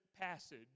passage